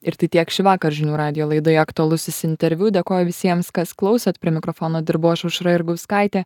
ir tai tiek šįvakar žinių radijo laidoje aktualusis interviu dėkoju visiems kas klausėt prie mikrofono dirbau aš aušra jurgauskaitė